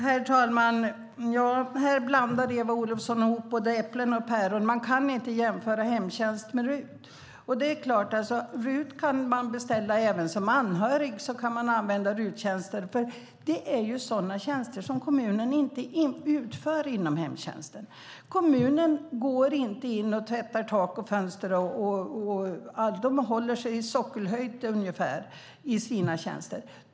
Herr talman! Här blandar Eva Olofsson både äpplen och päron. Man kan inte jämföra hemtjänst med tjänster med RUT. Även som anhörig kan man använda RUT-tjänster. Det är sådana tjänster som kommunen inte utför inom hemtjänsten. Kommunen går inte in och tvättar tak och fönster. Den håller sig i sockelhöjd ungefär i sina tjänster.